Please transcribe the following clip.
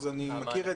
אז אני מכיר את זה.